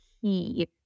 key